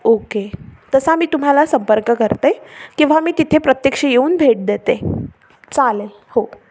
okay तसा मी तुम्हाला संपर्क करते किंवा मी तिथे प्रत्यक्ष येऊन भेट देते चालेल हो